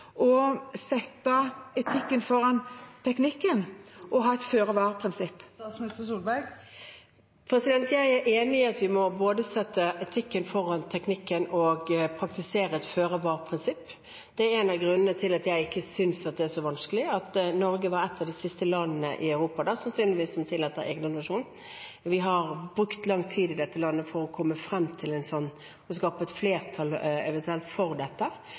å sette etikken foran teknikken og ha et føre-var-prinsipp? Jeg er enig i at vi både må sette etikken foran teknikken og praktisere et føre-var-prinsipp. Det er en av grunnene til at jeg ikke synes det er så vanskelig at Norge sannsynligvis er et av de siste landene i Europa som tillater eggdonasjon. Vi har brukt lang tid i dette landet på å